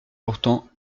portant